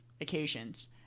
occasions